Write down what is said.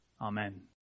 Amen